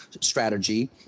strategy